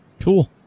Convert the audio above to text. Cool